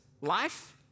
life